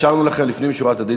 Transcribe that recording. אישרנו לכם לפנים משורת הדין,